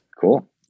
Cool